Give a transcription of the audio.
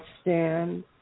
stand